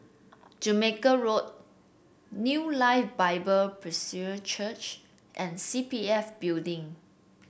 Jamaica Road New Life Bible Presbyterian Church and C P F Building